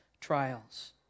trials